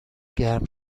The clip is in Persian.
گرم